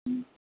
ம்